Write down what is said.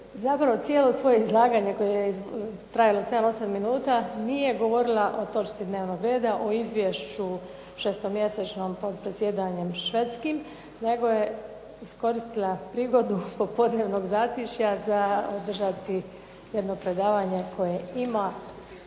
zapravo cijelo svoje izlaganje koje je trajalo 7, 8 minuta nije govorila o točci dnevnog reda o izvješću šestomjesečnom pod predsjedanjem Švedskim, nego je iskoristila prigodu popodnevnog zatišja za održati jedno predavanje koje ima